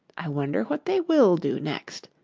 i wonder what they will do next!